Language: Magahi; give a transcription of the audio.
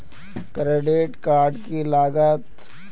क्रेडिट कार्ड की लागत?